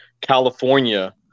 California